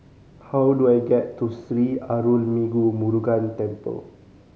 how do I get to Sri Arulmigu Murugan Temple